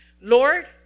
Lord